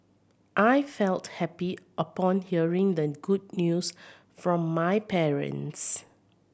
I felt happy upon hearing the good news from my parents